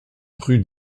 rue